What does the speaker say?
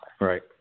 Right